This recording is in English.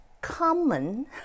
common